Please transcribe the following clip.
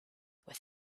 with